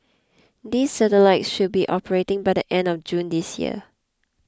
these satellites should be operating by the end of June this year